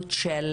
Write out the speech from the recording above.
האפשרות של